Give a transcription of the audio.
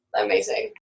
Amazing